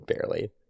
barely